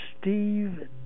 Steve